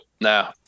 No